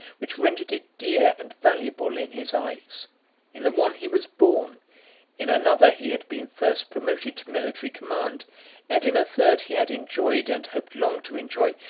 which rendered it dear and valuable in his eyes in the one he was born in another he had been first promoted to military command and in a third he had enjoyed, and hoped long to enjoy,